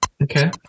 Okay